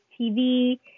TV